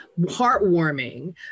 heartwarming